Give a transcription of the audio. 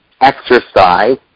exercise